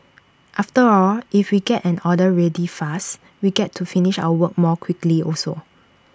after all if we get an order ready fast we get to finish our work more quickly also